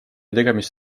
tegemist